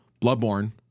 Bloodborne